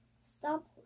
Stop